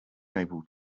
able